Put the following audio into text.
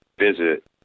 Visit